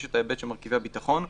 יש את ההיבט של מרכיבי הביטחון,